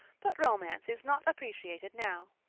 but romance is not appreciated now.